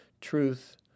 truth